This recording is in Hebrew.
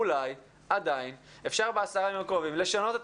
אולי עדיין אפשר בעשרת הימים הקרובים לשנות את